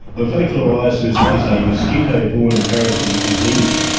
lymphatic filariasis is a mosquito born parasitic disease,